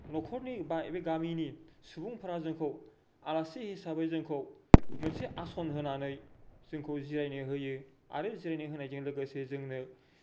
न'खरनि बा बे गामिनि सुबुंफोरा जोंखौ आलासि हिसाबै जोंखौ मोनसे आसन होनानै जोंखौ जिरायनो होयो आरो जिरायनो होनायजों लोगोसे जोंनो